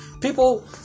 people